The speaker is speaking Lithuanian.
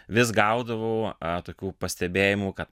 vis gaudavau a tokių pastebėjimų kad